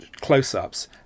close-ups